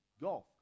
Golf